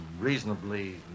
reasonably